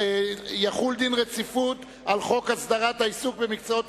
רצונה להחיל דין רציפות על הצעת חוק הסדרת העיסוק במקצועות